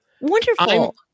wonderful